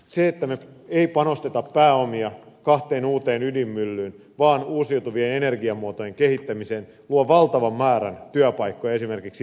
se että me emme panosta pääomia kahteen uuteen ydinmyllyyn vaan uusiutuvien energiamuotojen kehittämiseen luo valtavan määrän työpaikkoja esimerkiksi metallipuolelle